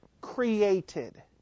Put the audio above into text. created